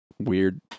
weird